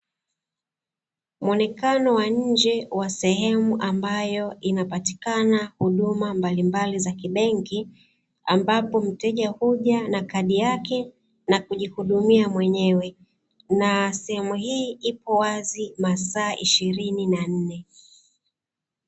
Muonekano wa nje wa sehemu ambayo inapatikana huduma mbalimbali za kibenki ambapo mteja huja na kadi yake na kujihudumia mwenyewe na sehemu hii ipo wazi masaa ishirini na nne.